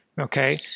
Okay